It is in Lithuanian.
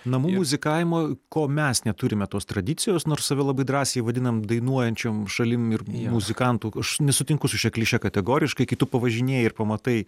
namų muzikavimo ko mes neturime tos tradicijos nors save labai drąsiai vadinam dainuojančiom šalim ir muzikantų aš nesutinku su šia kliše kategoriškai kai tu pavažinėji ir pamatai